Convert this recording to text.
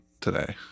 today